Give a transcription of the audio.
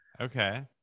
Okay